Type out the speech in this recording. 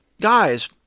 guys